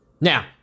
Now